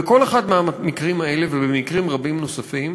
בכל אחד מהמקרים האלה ובמקרים רבים נוספים